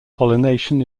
pollination